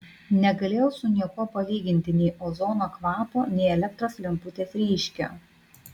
negalėjau su niekuo palyginti nei ozono kvapo nei elektros lemputės ryškio